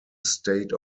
state